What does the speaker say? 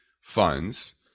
funds